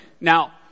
Now